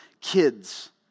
kids